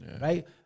right